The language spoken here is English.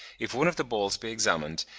if one of the balls be examined,